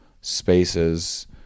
spaces